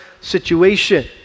situation